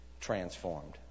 transformed